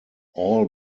all